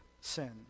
sin